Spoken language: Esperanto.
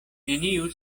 neniu